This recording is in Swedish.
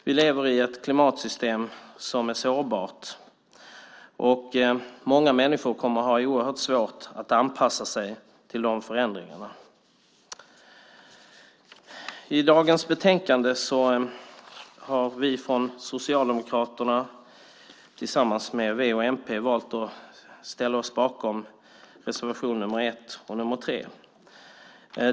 Vi lever i ett klimatsystem som är sårbart. Många människor kommer att ha oerhört svårt att anpassa sig till förändringarna. I betänkandet har vi från Socialdemokraterna tillsammans med v och mp valt att ställa oss bakom reservationerna nr 1 och nr 3.